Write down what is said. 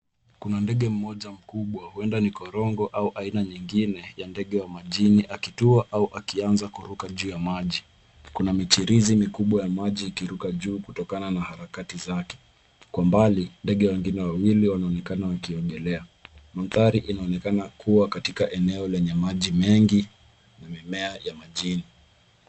Kuna ndege mmoja mkubwa huenda ni korongo au aina nyingine ya ndege wa majini akitua au akianza kuruka juu ya maji. Kuna michirizi mikubwa ya maji ikiruka juu kutokana na harakati zake. Kwa mbali, ndege wengine wawili wanaonekana wakiogelea. Mandhari inaonekana kuwa katika eneo lenye maji mengi na mimea ya majini.